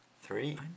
Three